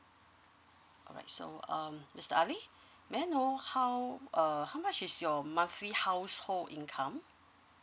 alright so um mister ali may I know how uh how much is your monthly household income